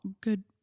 Good